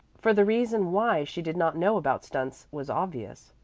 for the reason why she did not know about stunts was obvious.